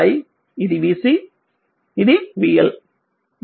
ఇది i ఇది vC ఇది vL